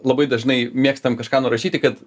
labai dažnai mėgstam kažką nurašyti kad